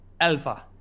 alpha